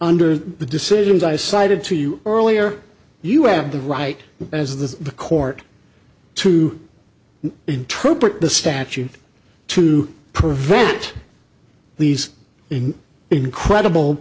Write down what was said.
under the decisions i decided to you earlier you have the right as the the court to interpret the statute to prevent these in incredible